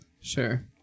Sure